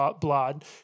blood